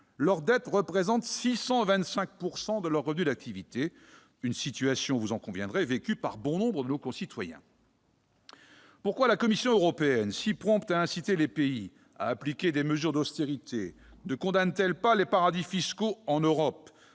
de ce ménage représente 625 % de ses revenus d'activité. On en conviendra, une telle situation est vécue par bon nombre de nos concitoyens. Pourquoi la Commission européenne, si prompte à inciter les pays à appliquer des mesures d'austérité, ne condamne-t-elle pas les paradis fiscaux en Europe,